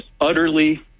utterly